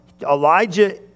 Elijah